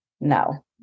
no